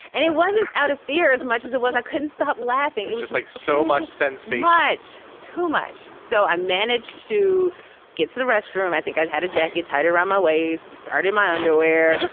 and it wasn't out of fear as much as it was. i couldn't stop laughing. it just makes like so much sense much too much. so i managed to get to the restroom i think i'd had a jacket tied around my waist, discarded my underwear,